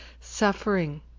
suffering